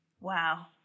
Wow